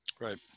Right